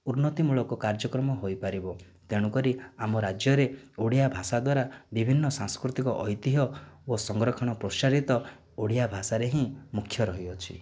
ଉନ୍ନତିମୂଳକ କାର୍ଯ୍ୟକ୍ରମ ହୋଇପାରିବ ତେଣୁ କରି ଆମ ରାଜ୍ୟରେ ଓଡ଼ିଆ ଭାଷା ଦ୍ୱାରା ବିଭିନ୍ନ ସାଂସ୍କୃତିକ ଐତିହ୍ୟ ଓ ସଂରକ୍ଷଣ ପ୍ରୋତ୍ସାହିତ ଓଡ଼ିଆ ଭାଷାରେ ହିଁ ମୁଖ୍ୟ ରହିଅଛି